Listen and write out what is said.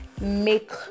make